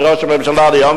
ראש הממשלה דהיום,